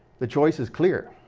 the choice is clear.